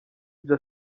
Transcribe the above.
ibyo